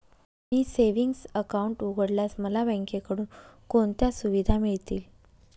मी savings account उघडल्यास मला बँकेकडून कोणत्या सुविधा मिळतील?